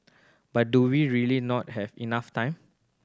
but do we really not have enough time